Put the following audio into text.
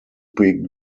big